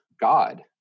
God